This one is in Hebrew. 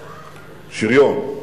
שריון,